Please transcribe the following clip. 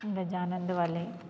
गजानंद वाले